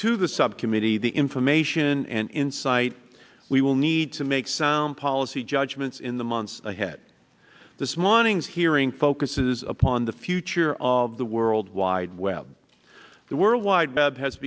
to the subcommittee the information and insight we will need to make sound policy judgments in the months ahead this morning's hearing focuses upon the future of the world wide web the world wide web has